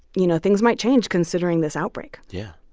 you know, things might change, considering this outbreak yeah.